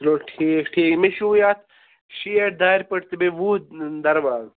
چلو ٹھیٖک ٹھیٖک مےٚ چھُو یتھ شیٹھ دارِ پٔٹۍ تہٕ بیٚیہِ وُہ درواز